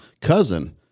cousin